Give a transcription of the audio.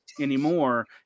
anymore